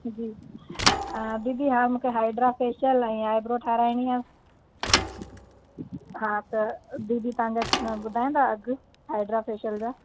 जी अ दीदी हाणे मूंखे हाइड्रा फेशियल ऐं आइ ब्रो ठहाराइणी आहे हा त दीदी तव्हां घटि ॿुधाईंदा अघि हाइड्रा फेशियल जा